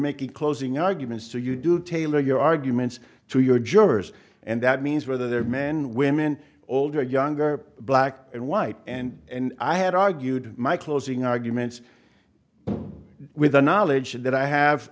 making closing arguments to you do tailor your arguments to your jurors and that means whether they're men women older or younger black and white and i had argued my closing arguments with the knowledge that i have